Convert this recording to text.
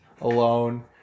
alone